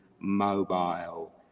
mobile